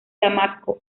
damasco